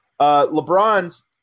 LeBron's